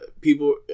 people